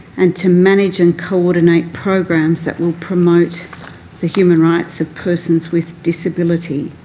and to manage and coordinate programs that will promote the human rights of persons with disability.